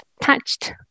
touched